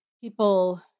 people